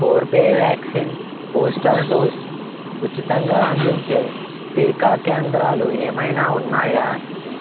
Corbevax vaccine booster dose ఉచితంగా అందించే టీకా కేంద్రాలు ఏమైనా ఉన్నాయా